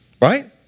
Right